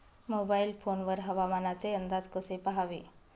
Mobile phone वर हवामानाचे अंदाज कसे पहावे?